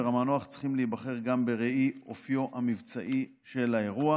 המנוח צריכים להיבחן גם בראי אופיו המבצעי של האירוע.